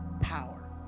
power